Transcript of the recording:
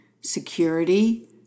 security